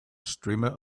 streamer